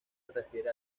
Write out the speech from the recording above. refiere